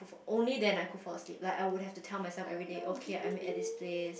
only then I could fall asleep like I would have to tell myself everyday okay I'm at this place